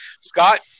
Scott